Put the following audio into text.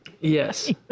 yes